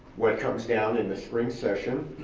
what comes down in the spring session